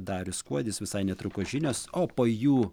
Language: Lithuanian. darius kuodis visai netrukus žinios o po jų